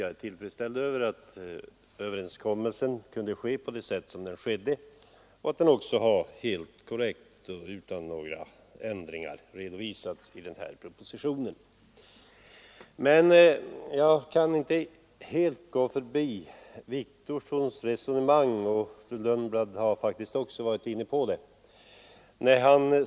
Jag är tillfredsställd med att överenskommelsen har kunnat ingås och att den korrekt och utan ändringar följs upp i propositionen. Jag kan emellertid inte helt gå förbi herr Wictorssons resonemang — fru Lundblad var för övrigt inne på samma tankegångar.